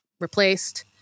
replaced